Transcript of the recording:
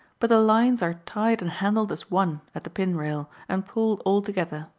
but the lines are tied and handled as one at the pin-rail, and pulled all together.